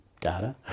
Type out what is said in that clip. data